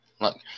look